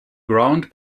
ground